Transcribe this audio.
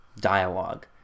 dialogue